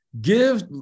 Give